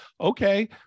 okay